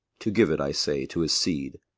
to give it, i say, to his seed,